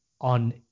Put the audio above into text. on